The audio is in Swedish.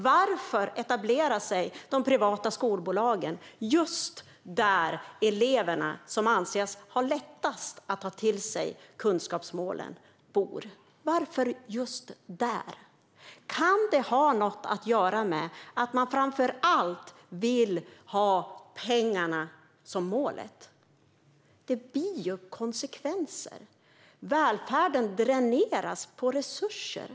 Varför etablerar sig de privata skolbolagen just där de elever som anses ha lättast att uppnå kunskapsmålen bor? Varför etablerar de sig just där? Kan det ha något att göra med att de framför allt vill ha pengarna som mål? Det blir ju konsekvenser. Välfärden dräneras på resurser.